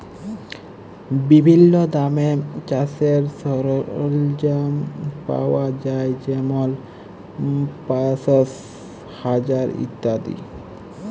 বিভিল্ল্য দামে চাষের সরল্জাম পাউয়া যায় যেমল পাঁশশ, হাজার ইত্যাদি